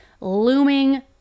looming